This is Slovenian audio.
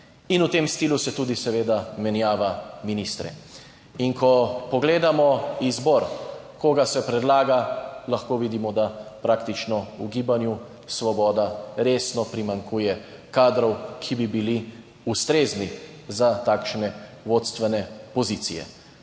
In v tem stilu se tudi seveda menjava ministre. In ko pogledamo izbor, koga se predlaga, lahko vidimo, da praktično v Gibanju Svoboda resno primanjkuje kadrov, ki bi bili ustrezni za takšne vodstvene pozicije.